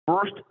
First